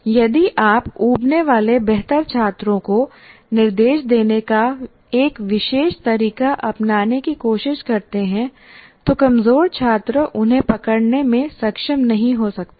यदि आप ऊबने वाले बेहतर छात्रों को निर्देश देने का एक विशेष तरीका अपनाने की कोशिश करते हैं तो कमजोर छात्र उन्हें पकड़ने में सक्षम नहीं हो सकते हैं